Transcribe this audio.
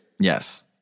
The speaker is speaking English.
Yes